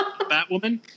Batwoman